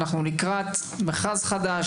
אנחנו לקראת מכרז חדש,